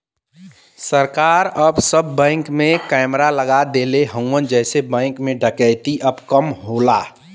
सरकार अब सब बैंक में कैमरा लगा देले हउवे जेसे बैंक में डकैती अब कम होला